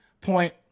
point